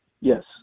Yes